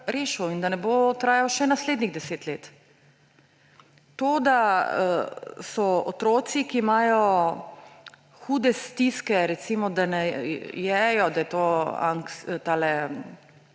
rešil in da ne bo trajal še naslednjih 10 let. To, da so otroci, ki imajo hude stiske, recimo, da ne jejo, to je